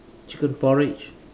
chicken porridge